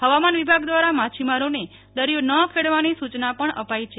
હવામાન વિભાગ દ્રારા માછીમારોને દરિયો ન ખેડવાની સુ યના પણ અપાઈ છે